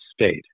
state